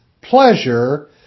pleasure